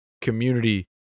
community